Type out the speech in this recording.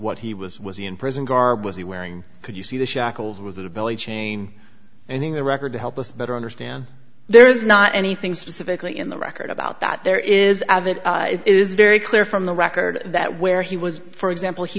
what he was was he in prison garb was he wearing could you see the shackles was it a belly chain and in the record to help us better understand there is not anything specifically in the record about that there is added it is very clear from the record that where he was for example he